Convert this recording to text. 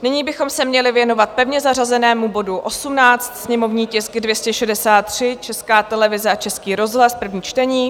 Nyní bychom se měli věnovat pevně zařazenému bodu 18, sněmovní tisk 263, Česká televize a Český rozhlas, první čtení.